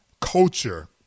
culture